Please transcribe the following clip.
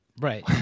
right